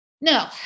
No